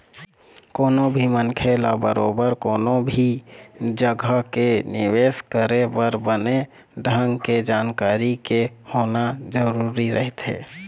कोनो भी मनखे ल बरोबर कोनो भी जघा के निवेश करे बर बने ढंग के जानकारी के होना जरुरी रहिथे